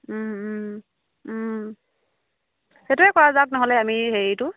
সেইটোৱে কৰা যাওক নহ'লে আমি হেৰিটো